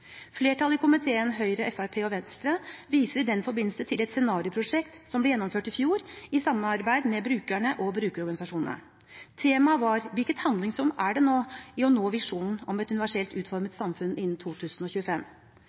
Flertallet i komiteen – Høyre, Fremskrittspartiet og Venstre – viser i den forbindelse til et scenarioprosjekt som ble gjennomført i fjor i samarbeid med brukerne og brukerorganisasjonene. Temaet var hvilket handlingsrom man har for å nå visjonen om et universelt utformet samfunn innen 2025.